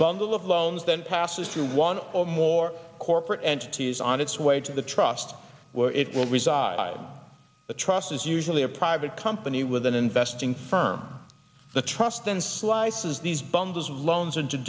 bundle of loans that passes through one or more corporate entities on its way to the trust where it will reside the trust is usually a private company with an investing firm the trust and slices these bundles loans into